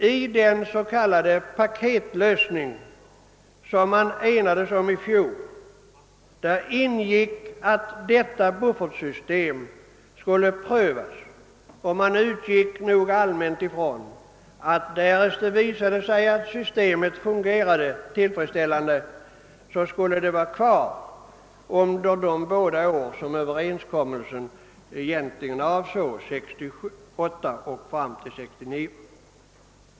I den s.k. paketlösning som man enades om i fjol ingick att detta buffertsystem skulle prövas, och man utgick nog allmänt ifrån att därest det visade sig att systemet fungerade tillfredsställande, skulle det behållas under de båda år som överenskommelsen egentligen avsåg, nämligen 1968 och 1969.